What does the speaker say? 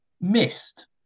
missed